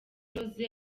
rose